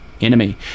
enemy